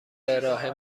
ارائه